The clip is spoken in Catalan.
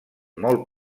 molt